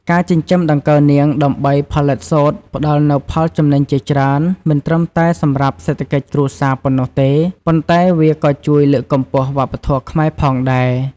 ការចិញ្ចឹមដង្កូវនាងដើម្បីផលិតសូត្រផ្ដល់នូវផលចំណេញជាច្រើន មិនត្រឹមតែសម្រាប់សេដ្ឋកិច្ចគ្រួសារប៉ុណ្ណោះទេ ប៉ុន្តែវាក៏ជួយលើកកម្ពស់វប្បធម៌ខ្មែរផងដែរ។